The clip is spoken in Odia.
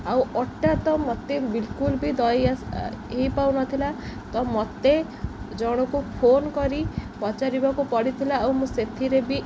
ଆଉ ଅଟା ତ ମୋତେ ବିଲକୁଲ ବି ଦଳି ଆସ୍ ହେଇପାରୁନଥିଲା ତ ମୋତେ ଜଣକୁ ଫୋନ୍ କରି ପଚାରିବାକୁ ପଡ଼ିଥିଲା ଆଉ ମୁଁ ସେଥିରେ ବି